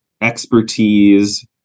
expertise